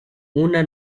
una